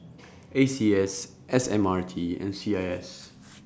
A C S S M R T and C I S